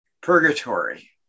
Purgatory